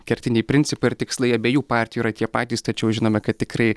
kertiniai principai ir tikslai abiejų partijų yra tie patys tačiau žinome kad tikrai